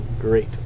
Great